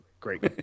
Great